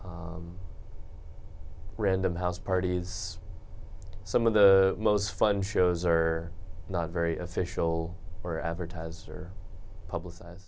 cod random house parties some of the most fun shows are not very official or advertiser publicized